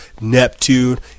Neptune